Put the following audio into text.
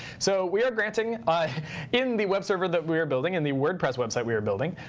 so we are granting ah in the web server that we are building, in the wordpress website we are building,